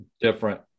different